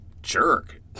Jerk